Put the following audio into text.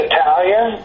Italian